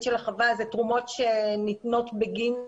של החווה זה תרומות שניתנות בגין סיורים,